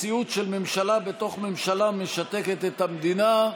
מציאות של ממשלה בתוך ממשלה משתקת את המדינה.